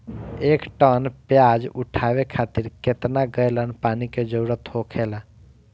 एक टन प्याज उठावे खातिर केतना गैलन पानी के जरूरत होखेला?